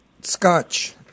Scotch